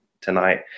tonight